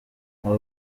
aba